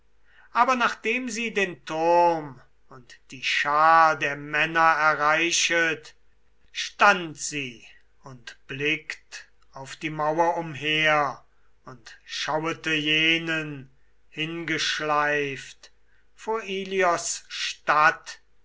aber nachdem sie den turm und die schar der männer erreichet stand sie und blickt auf die mauer umher und schauete jenen hingeschleift vor ilios stadt